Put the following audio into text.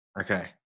Okay